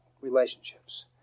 relationships